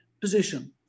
position